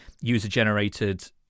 user-generated